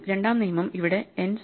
രണ്ടാം നിയമം ഇവിടെ n 0